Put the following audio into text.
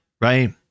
right